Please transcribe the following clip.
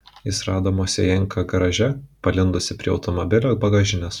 jis rado moisejenką garaže palinkusį prie automobilio bagažinės